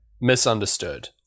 Misunderstood